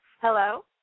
Hello